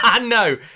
No